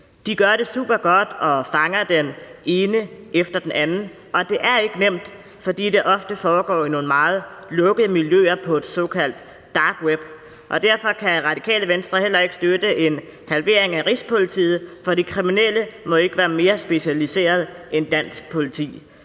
De gør det supergodt og fanger den ene efter den anden, og det er ikke nemt, fordi det ofte foregår i nogle meget lukkede miljøer på et såkaldt dark web. Derfor kan Radikale Venstre heller ikke støtte en halvering af Rigspolitiet, for de kriminelle må ikke være mere specialiserede end dansk politi.